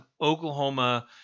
Oklahoma